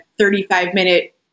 35-minute